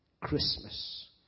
Christmas